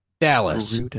dallas